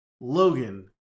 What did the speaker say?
Logan